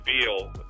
Beal